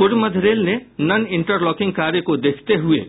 पूर्व मध्य रेल ने नन इंटरलॉकिंग कार्य को देखते हुये